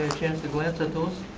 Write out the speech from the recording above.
chance to glance at those.